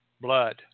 blood